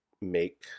make